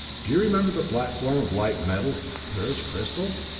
do you remember the platform of light-metal, clear as crystal?